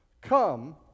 Come